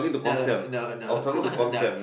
no no no Guang no